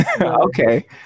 Okay